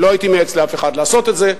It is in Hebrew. לא הייתי מייעץ לאף אחד לעשות את זה.